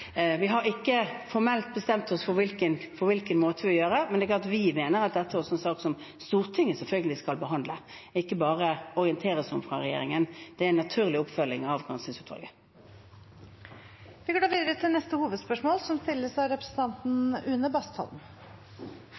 Vi har ikke formelt bestemt oss for på hvilken måte vi vil gjøre det, men vi mener at dette er en sak som Stortinget, selvfølgelig, skal behandle, ikke bare orienteres om fra regjeringen. Det er en naturlig oppfølging av granskingsutvalget. Vi går videre til neste hovedspørsmål.